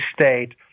state